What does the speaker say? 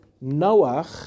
Noah